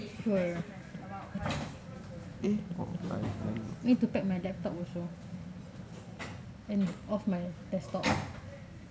sure need to pack my laptop also and off my desktop